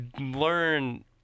learn